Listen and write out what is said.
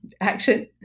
action